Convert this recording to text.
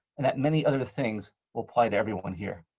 and that many other things will apply to everyone here.